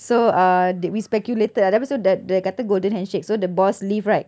so uh they we speculated ah dia dia kata golden handshake so the boss leave right